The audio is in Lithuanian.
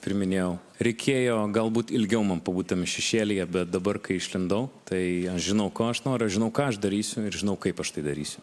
kaip ir minėjau reikėjo galbūt ilgiau man pabūt tam šešėlyje bet dabar kai išlindau tai aš žinau ko aš noriu aš žinau ką aš darysiu ir žinau kaip aš tai darysiu